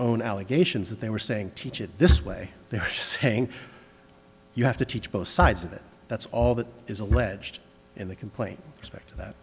own allegations that they were saying teach it this way they're saying you have to teach both sides of it that's all that is alleged in the complaint respect that